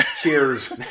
cheers